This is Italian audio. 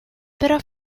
però